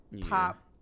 pop